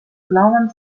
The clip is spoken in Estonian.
klavan